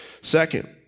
Second